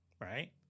right